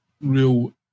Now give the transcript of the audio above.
real